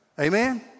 Amen